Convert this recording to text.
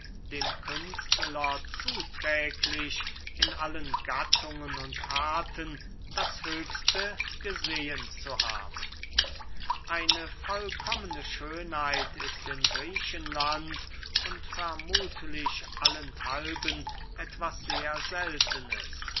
dem künstler zuträglich in allen gattungen und arten das höchste gesehen zu haben eine vollkommene schönheit ist in griechenland und vermuthlich allenthalben etwas sehr seltenes